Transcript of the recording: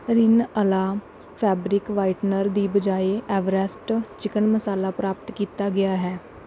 ਰਿਨ Ala fabric whitener ਦੀ ਬਜਾਏ Everest chicken masala ਪ੍ਰਾਪਤ ਕੀਤਾ ਗਿਆ ਹੈ